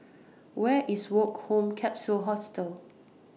Where IS Woke Home Capsule Hostel